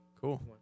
Cool